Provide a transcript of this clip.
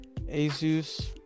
Asus